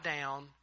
down